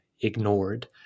ignored